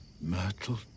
Myrtle